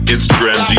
Instagram